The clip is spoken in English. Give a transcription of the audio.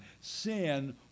Sin